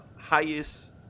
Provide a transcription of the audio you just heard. highest